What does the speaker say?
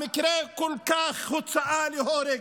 המקרה הוא הוצאה להורג.